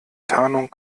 tarnung